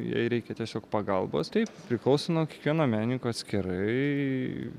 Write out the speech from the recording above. jai reikia tiesiog pagalbos tai priklauso nuo kiekvieno menininko atskirai